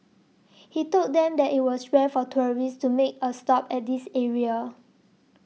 he told them that it was rare for tourists to make a stop at this area